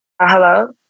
hello